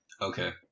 Okay